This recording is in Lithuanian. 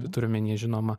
turiu omeny žinoma